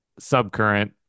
subcurrent